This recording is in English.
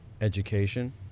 education